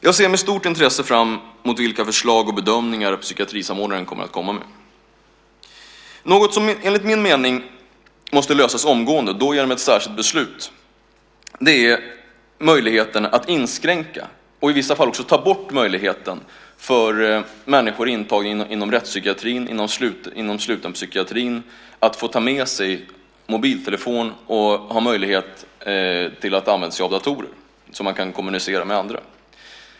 Jag ser med stort intresse fram emot vilka förslag och bedömningar psykiatrisamordnaren kommer att lägga fram. Något som enligt min mening måste lösas omgående med hjälp av ett särskilt beslut är att inskränka, i vissa fall också ta bort möjligheten, för människor intagna inom rättspsykiatrin och inom slutenpsykiatrin att få ta med sig mobiltelefon och ha tillgång till datorer så att de kan kommunicera med andra.